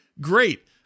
Great